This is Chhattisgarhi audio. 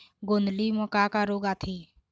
गोंदली म का का रोग आथे?